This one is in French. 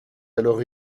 alors